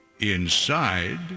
Inside